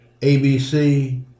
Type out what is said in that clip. ABC